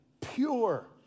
pure